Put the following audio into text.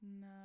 No